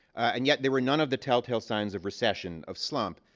and yet, there were none of the telltale signs of recession, of slump,